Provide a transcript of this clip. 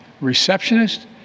receptionist